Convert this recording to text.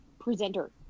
presenter